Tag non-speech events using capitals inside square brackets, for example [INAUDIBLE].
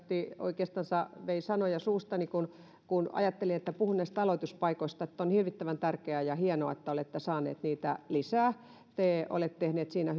oikeastaan vei sanoja suustani kun kun ajattelin että puhun näistä aloituspaikoista että on hirvittävän tärkeää ja hienoa että olette saaneet niitä lisää te olette tehneet siinä [UNINTELLIGIBLE]